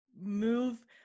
move